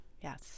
Yes